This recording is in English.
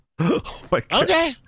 Okay